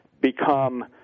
become